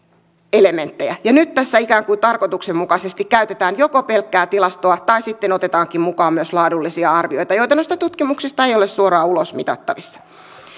elementtejä nyt tässä ikään kuin tarkoituksenmukaisesti käytetään joko pelkkää tilastoa tai sitten otetaankin mukaan myös laadullisia arvioita joita noista tutkimuksista ei ole suoraan ulosmitattavissa